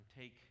take